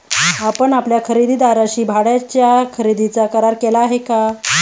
आपण आपल्या खरेदीदाराशी भाड्याच्या खरेदीचा करार केला आहे का?